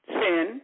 sin